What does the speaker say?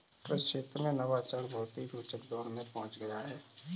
कृषि क्षेत्र में नवाचार बहुत ही रोचक दौर में पहुंच गया है